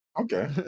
Okay